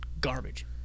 Garbage